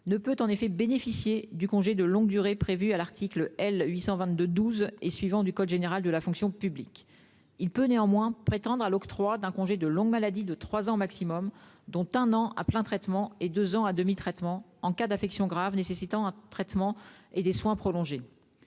ne peut bénéficier du congé de longue durée prévu aux articles L. 822-12 et suivants du code général de la fonction publique. Il peut néanmoins prétendre à l'octroi d'un congé de longue maladie de trois ans maximum, dont un an à plein traitement et deux ans à demi-traitement, en cas d'affection grave nécessitant un traitement et des soins prolongés.